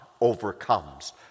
overcomes